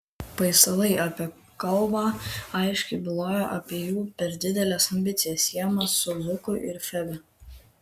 paistalai apie kalbą aiškiai byloja apie jų per dideles ambicijas siejamas su luku ir febe